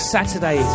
Saturday